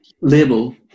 label